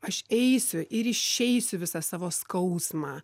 aš eisiu ir išeisiu visą savo skausmą